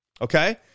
okay